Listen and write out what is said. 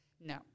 no